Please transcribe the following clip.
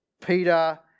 Peter